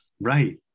right